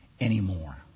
anymore